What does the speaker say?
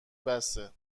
بسه